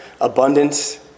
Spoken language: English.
abundance